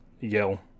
yell